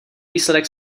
výsledek